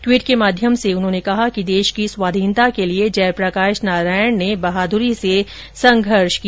tweet के माध्यम से उन्होंने कहा कि देश की स्वाधीनता के लिए जयप्रकाश नारायण ने बहादूरी से संघर्ष किया